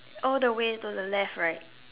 all the way to the left right